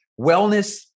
Wellness